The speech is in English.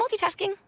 multitasking